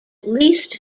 least